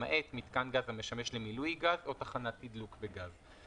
למעט מיתקן גז המשמש למילוי גז או תחנת תדלוק בגז.